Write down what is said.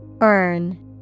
Earn